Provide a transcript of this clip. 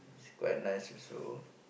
is quite nice also